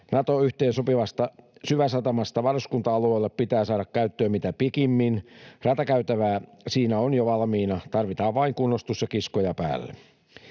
Nato-yhteensopivasta syväsatamasta varuskunta-alueelle pitää saada käyttöön mitä pikimmin. Ratakäytävää siinä on jo valmiina, tarvitaan vain kunnostus ja kiskoja päälle.